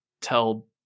Tell